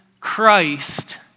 Christ